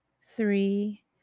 three